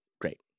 great